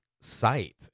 site